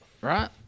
right